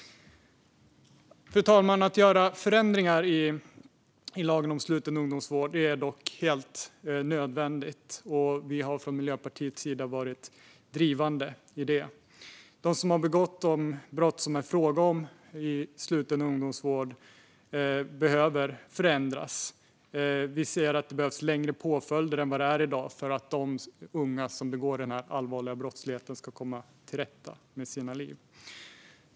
Fru talman! Att göra förändringar i lagen om sluten ungdomsvård är dock helt nödvändigt, och där har Miljöpartiet varit drivande. De som begått de brott som det är fråga om när det gäller sluten ungdomsvård behöver förändras. Det behövs längre påföljder än i dag för att de unga som begår dessa allvarliga brott ska komma till rätta med sina liv.